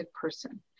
person